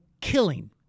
killing